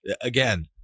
Again